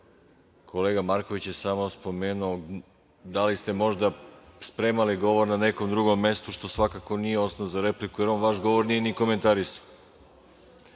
kolega Marković je samo spomenuo da li ste možda spremali govor na nekom drugom mestu, što svakako nije osnov za repliku, jer on vaš govor nije ni komentarisao. Sada,